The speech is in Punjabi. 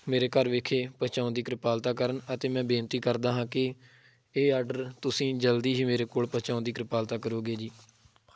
ਮੇਰੇ ਘਰ ਵਿਖੇ ਪਹੁੰਚਾਉਣ ਦੀ ਕਿਰਪਾਲਤਾ ਕਰਨ ਅਤੇ ਮੈਂ ਬੇਨਤੀ ਕਰਦਾ ਹਾਂ ਕਿ ਇਹ ਆਡਰ ਤੁਸੀਂ ਜਲਦੀ ਹੀ ਮੇਰੇ ਕੋਲ ਪਹੁੰਚਾਉਣ ਦੀ ਕਿਰਪਾਲਤਾ ਕਰੋਗੇ ਜੀ